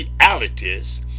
realities